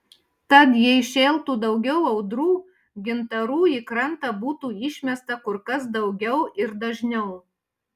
tad jei šėltų daugiau audrų gintarų į krantą būtų išmesta kur kas daugiau ir dažniau